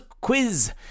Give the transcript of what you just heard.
Quiz